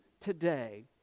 today